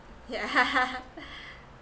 yeah